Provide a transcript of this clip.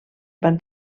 van